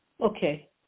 Okay